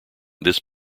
this